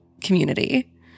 community